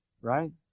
right